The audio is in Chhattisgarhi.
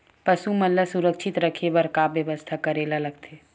पशु मन ल सुरक्षित रखे बर का बेवस्था करेला लगथे?